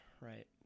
right